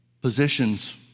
positions